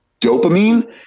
Dopamine